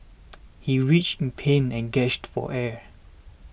he writhed in pain and gasped for air